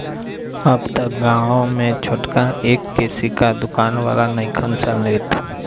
अब त गांवे में छोटका एक के सिक्का दुकान वाला नइखन सन लेत